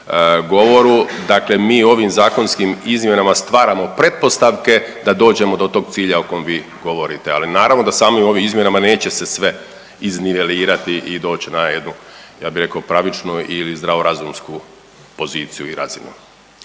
govoru. Dakle, mi ovim zakonskim izmjenama stvaramo pretpostavke da dođemo do tog cilja o kom vi govorite, ali naravno da samim ovim izmjenama neće se sve iznivelirati i doći na jednu ja bi rekao pravičnu ili zdravorazumsku poziciju i razinu.